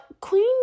Queen